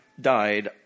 died